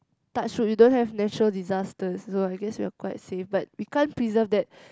touch wood we don't have natural disasters so I guess we're quite safe but we can't preserve that